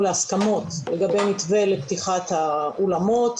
להסכמות לגבי מתווה לפתיחת האולמות,